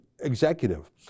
executive